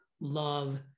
love